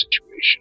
situation